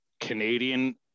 Canadian